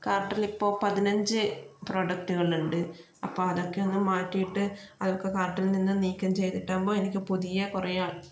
കാർട്ടില് ഇപ്പോൾ പതിനഞ്ചു പ്രൊഡക്റ്റുകളുണ്ട് അപ്പോൾ അതൊക്കെ ഒന്ന് മാറ്റിട്ട് അതൊക്കെ കാർട്ടിൽ നിന്ന്നീക്കം ചെയ്തിട്ടാകുമ്പോൾ എനിക്ക് പുതിയ കുറെ